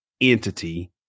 entity